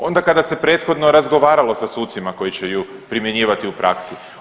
Onda kada se prethodno razgovaralo sa sucima koji će ju primjenjivati u praksi.